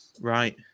Right